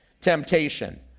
temptation